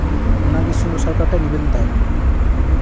ᱚᱱᱟᱜᱮ ᱥᱤᱢᱟᱹ ᱥᱚᱨᱠᱟᱨ ᱴᱷᱮᱱ ᱱᱤᱵᱮᱫᱚᱱ ᱛᱟᱦᱮᱱᱟ